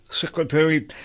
secretary